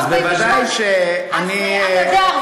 1948. אתה יודע,